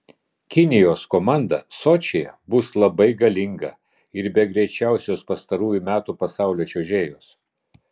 kinijos komanda sočyje bus labai galinga ir be greičiausios pastarųjų metų pasaulio čiuožėjos